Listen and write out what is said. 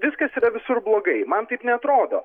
viskas yra visur blogai man taip neatrodo